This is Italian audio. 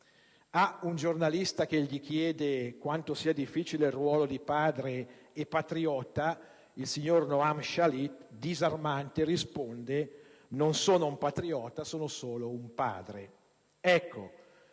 A un giornalista che gli chiede quanto sia difficile il ruolo di padre e patriota, il signor Noam Shalit in maniera disarmante risponde: «Non sono un patriota, sono solo un padre».